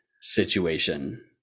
situation